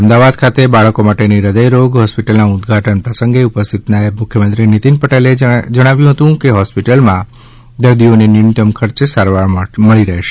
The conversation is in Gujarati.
અમદાવાદ ખાતે બાળકો માટેની હ્રયદયરોગ હોસ્પિટલના ઉદ્વાટન પ્રસંગે ઉપસ્થિત નાયબ મુખ્યમંત્રી નિતીન પટેલે કહ્યું કે આ હોસ્પિટલમાં દર્દીઓને ન્યુનતમ ખર્ચે સારવાર મળે રહેશે